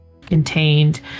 contained